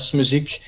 muziek